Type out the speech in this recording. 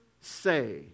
say